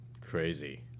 Crazy